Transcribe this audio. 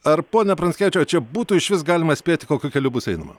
ar pone pranckevičiau čia būtų išvis galima spėti kokiu keliu bus einama